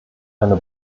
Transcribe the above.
einer